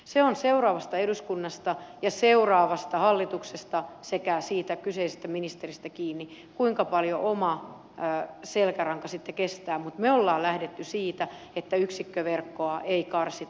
se on seuraavasta eduskunnasta ja seuraavasta hallituksesta sekä siitä kyseisestä ministeristä kiinni kuinka paljon oma selkäranka sitten kestää mutta me olemme lähteneet siitä että yksikköverkkoa ei karsita